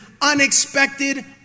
unexpected